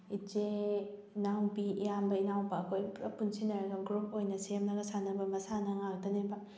ꯏꯆꯦ ꯏꯅꯥꯎꯄꯤ ꯏꯌꯥꯝꯕ ꯏꯅꯥꯎꯄꯥ ꯑꯩꯈꯣꯏ ꯄꯨꯂꯞ ꯄꯨꯟꯁꯤꯟꯅꯔꯒ ꯒ꯭ꯔꯨꯞ ꯑꯣꯏꯅ ꯁꯦꯝꯃꯒ ꯁꯥꯟꯅꯕ ꯃꯁꯥꯅ ꯉꯥꯛꯇꯅꯦꯕ